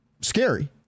scary